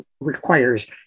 requires